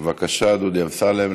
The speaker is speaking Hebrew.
בבקשה, דודי אמסלם.